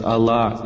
Allah